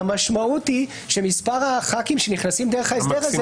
המשמעות היא שמספר חברי הכנסת המקסימלי שנכנסים דרך ההסדר הזה,